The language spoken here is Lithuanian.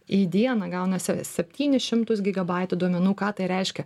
į dieną gaunasi septynis šimtus gigabaitų duomenų ką tai reiškia